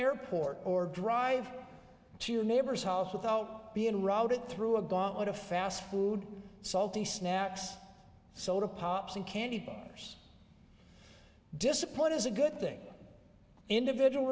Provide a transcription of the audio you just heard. airport or drive to a neighbor's house without being routed through a gauntlet of fast food salty snacks soda pops and candy bars discipline is a good thing individual